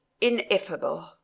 ineffable